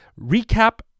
recap